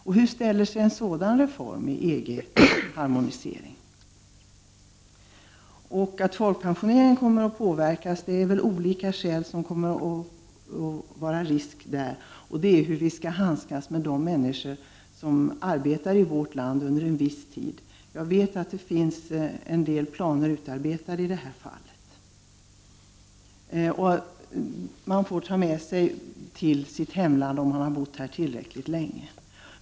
Men hur går det med den reformen vid en EG-harmonisering? Risken för att folkpensioneringen kommer att påverkas finns det flera anledningar till. Frågan är t.ex. hur vi skall handskas med de människor som arbetar i vårt land under en viss tid. Jag vet att det på detta område har utarbetats en del planer. Man får ta med sig sin folkpension till hemlandet, om man bott här tillräckligt länge.